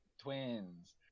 twins